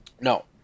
No